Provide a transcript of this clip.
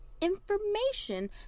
information